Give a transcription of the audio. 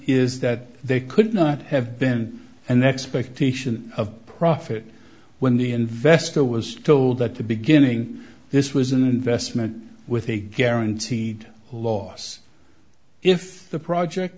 is that they could not have been an expectation of profit when the investor was told that the beginning this was an investment with a guaranteed loss if the project